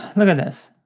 look at this.